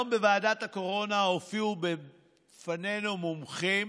היום בוועדת הקורונה הופיעו בפנינו מומחים